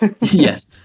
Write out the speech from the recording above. Yes